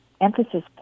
Emphasis